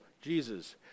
Jesus